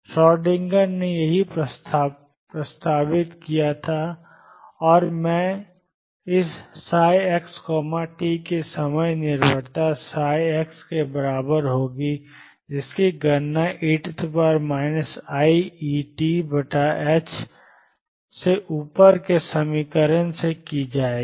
Schrodinger ने यही प्रस्तावित किया था और इस ψxt की समय निर्भरता ψ के बराबर होगी जिसकी गणना e iEt से ऊपर के समीकरण से की जाएगी